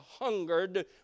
hungered